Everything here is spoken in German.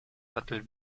sattel